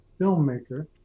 filmmaker